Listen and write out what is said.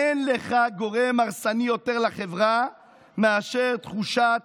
אין לך, גורם הרסני יותר לחברה מאשר תחושת